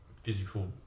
physical